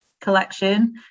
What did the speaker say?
collection